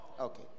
Okay